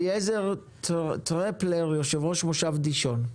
אליעזר טרפלר, יושב-ראש מושב דישון.